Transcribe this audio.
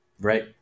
Right